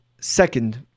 second